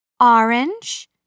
Orange